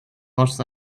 los